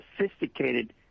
sophisticated